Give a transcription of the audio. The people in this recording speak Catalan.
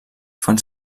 fan